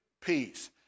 peace